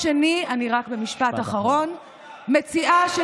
מטיפים לנו, אתה יודע מה, כל דקה, כל